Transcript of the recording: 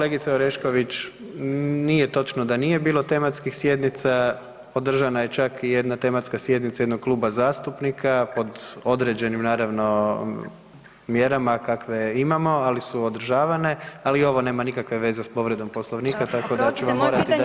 Kolegice Orešković, nije točno da nije bilo tematskih sjednica, održana je čak i jedna tematska sjednica jednog kluba zastupnika pod određenim naravno mjerama kakve imamo, ali su održavane, ali ovo nema nikakve veze s povredom Poslovnika tako da ću vam morati dati.